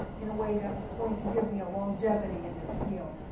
in a way that was going to give me a longevity in this field.